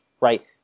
right